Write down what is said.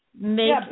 Make